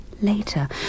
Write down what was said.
later